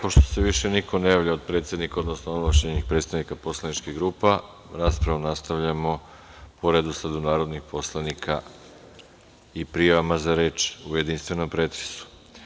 Pošto se više niko ne javlja od predsednika, odnosno ovlašćenih predstavnika poslaničkih grupa, raspravu nastavljamo po redosledu narodnih poslanika i prijavama za reč u jedinstvenom pretresu.